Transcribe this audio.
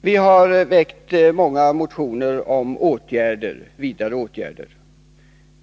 Vi har väckt många motioner om vidare åtgärder.